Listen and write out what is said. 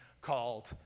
called